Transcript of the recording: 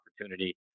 opportunity